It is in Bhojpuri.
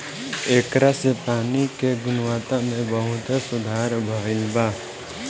ऐकरा से पानी के गुणवत्ता में बहुते सुधार भईल बा